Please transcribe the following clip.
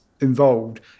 involved